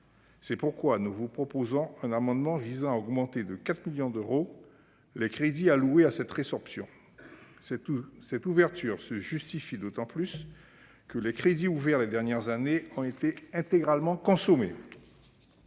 C'est pourquoi nous vous proposerons un amendement visant à augmenter de 4 millions d'euros les crédits alloués à cette résorption. Cette ouverture se justifie d'autant plus que les crédits ouverts les dernières années ont été intégralement consommés.